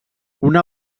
una